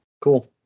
cool